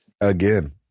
Again